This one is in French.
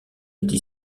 est